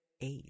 Eight